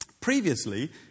Previously